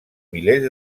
milers